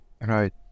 right